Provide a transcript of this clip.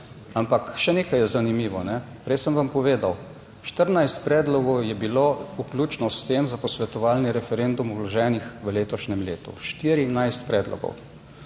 Ampak še nekaj je zanimivo, prej sem vam povedal, 14 predlogov je bilo vključno s tem za posvetovalni referendum vloženih v letošnjem letu, 14 predlogov.